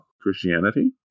Christianity